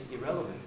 irrelevant